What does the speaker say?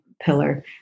pillar